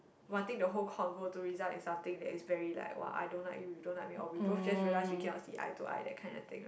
wanting the whole convo to result in something that is very like !wah! I don't like you you don't like me or we both just realized we cannot see eye to eye that kind of thing right